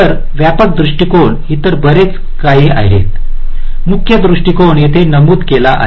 तर व्यापक दृष्टिकोन इतर बरेच आहेत मुख्य दृष्टीकोन येथे नमूद केले आहेत